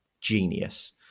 genius